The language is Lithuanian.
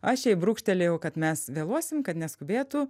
aš jai brūkštelėjau kad mes vėluosim kad neskubėtų